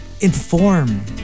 inform